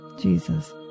jesus